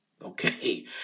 Okay